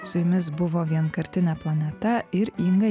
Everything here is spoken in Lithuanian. su jumis buvo vienkartinė planeta ir inga